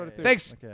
Thanks